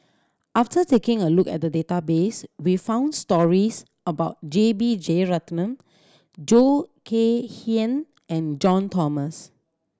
after taking a look at the database we found stories about J B Jeyaretnam Khoo Kay Hian and John Thomson